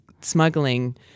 smuggling